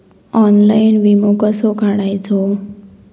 Online विमो कसो काढायचो?